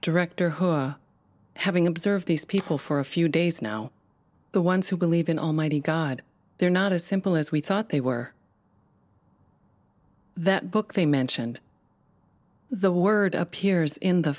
director who having observed these people for a few days now the ones who believe in almighty god they're not as simple as we thought they were that book they mentioned the word appears in the